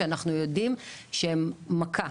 שאנחנו יודעים שהם מכה,